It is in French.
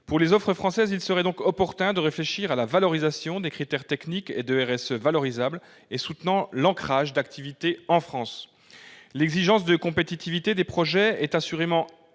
Pour les offres françaises, il serait donc opportun de réfléchir à la valorisation de critères techniques et de clauses RSE soutenant l'ancrage d'activités en France. L'exigence de compétitivité des projets est assurément indispensable